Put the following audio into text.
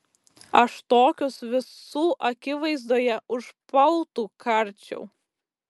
aš tokius visų akivaizdoje už pautų karčiau